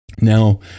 Now